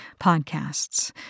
podcasts